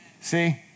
See